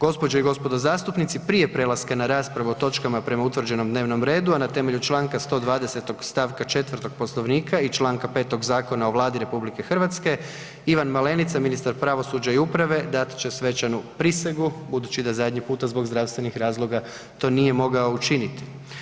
Gospođe i gospodo zastupnici prije prelaska na raspravu o točkama prema utvrđenom dnevnom redu, a na temelju čl. 120. st. 4. Poslovnika i čl. 5. Zakona o Vladi RH Ivan Malenica ministar pravosuđa i uprave dat će svečanu prisegu budući da zadnji puta zbog zdravstvenih razloga to nije mogao učiniti.